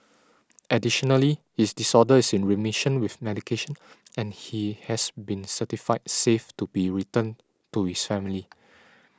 additionally his disorder is in remission with medication and he has been certified safe to be returned to his family